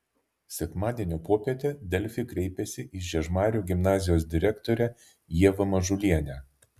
sekmadienio popietę delfi kreipėsi į žiežmarių gimnazijos direktorę ievą mažulienę